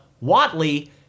Watley